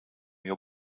your